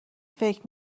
فکر